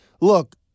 look